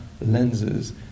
lenses